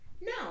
No